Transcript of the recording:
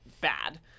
bad